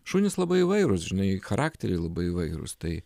šunys labai įvairūs žinai charakteriai labai įvairūs tai